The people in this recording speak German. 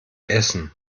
essen